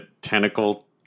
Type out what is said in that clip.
tentacle